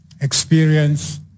experience